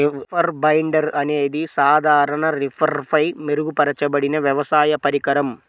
reaper binder అనేది సాధారణ రీపర్పై మెరుగుపరచబడిన వ్యవసాయ పరికరం